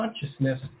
consciousness –